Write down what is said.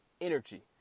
energy